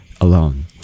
alone